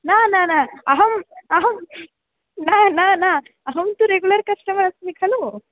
न न न अहम् अहं न न न अहं तु रेगुलर् कस्टमर् अस्मि खलु